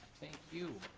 thank you.